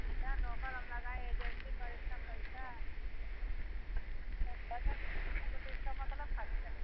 इतना नौकर हम लगाए एजेंसी पर इतना पैसा तो अगर तो इसका मतलब का निकले